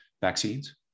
vaccines